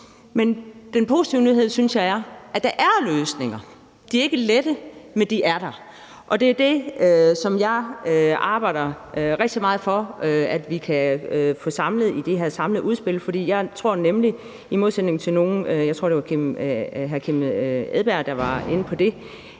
Men den positive nyhed synes jeg er, at der er løsninger. Der er ingen lette løsninger, men de er der, og jeg arbejder rigtig meget for, at vi kan få samlet dem i det her udspil, for jeg tror i modsætning til nogle andre – jeg tror, det var hr. Kim Edberg Andersen, der var inde på det